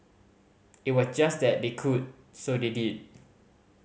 it was just that they could so they did